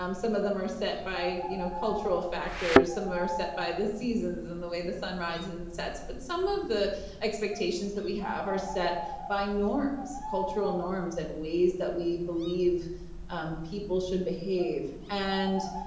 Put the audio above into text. um some of them are set by, you know cultural factors. some are set by the seasons and the way the sun rises and sets. but some of the expectations that we have are set by norms, cultural norms and ways that we believe um people should behave and